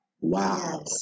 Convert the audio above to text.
Wow